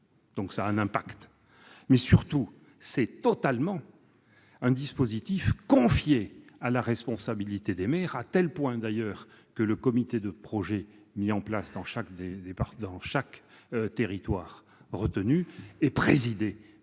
ont donc un impact. Surtout, ces dispositifs sont entièrement confiés à la responsabilité des maires, à tel point, d'ailleurs, que le comité de projet mis en place dans chaque territoire retenu est présidé